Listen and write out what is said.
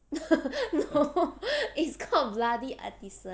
no is called bloody artisan